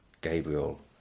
Gabriel